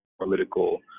political